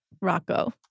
Rocco